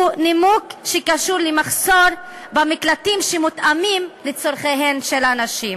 נימוק שקשור למחסור במקלטים שמותאמים לצורכיהן של הנשים.